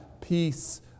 peace